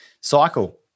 cycle